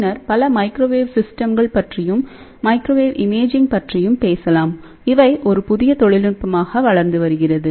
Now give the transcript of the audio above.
பின்னர்பல microwave சிஸ்டம்கள் பற்றியும் microwave imaging பற்றியும் பேசலாம் இவை ஒரு புதிய தொழில்நுட்பமாக வளர்ந்து வருகிறது